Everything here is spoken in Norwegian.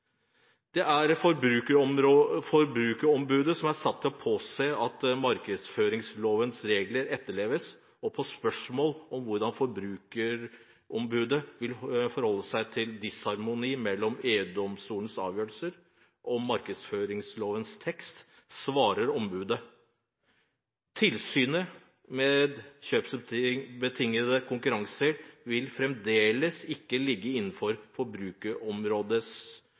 satt til å påse at markedsføringslovens regler etterleves, og på spørsmål om hvordan Forbrukerombudet vil forholde seg til disharmonien mellom EU-domstolens avgjørelser og markedsføringslovens tekst, svarer ombudet: «Tilsynet med kjøpsbetingede konkurranser vil fremdeles ikke ligge innenfor